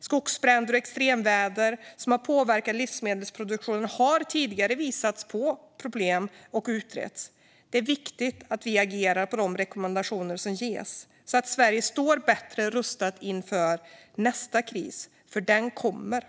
Skogsbränder och extremväder som har påverkat livsmedelsproduktionen har tidigare visat på problem och utretts. Det är viktigt att vi agerar på de rekommendationer som ges så att Sverige står bättre rustat inför nästa kris, för den kommer.